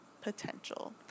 potential